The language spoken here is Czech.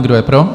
Kdo je pro?